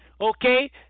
okay